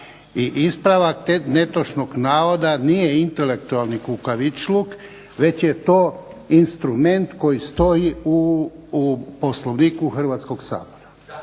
ispravak netočnog navoda nije intelektualni kukavičluk veće je to instrument koji stoji u POslovniku Hrvatskog sabora